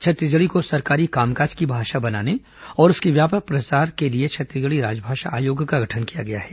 छत्तीसगढ़ी को सरकारी कामकाज की भाषा बनाने और उसके व्यापक प्रसार के लिए छत्तीसगढ़ी राजभाषा आयोग का गठन किया गया है